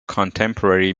contemporary